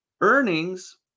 Earnings